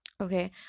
Okay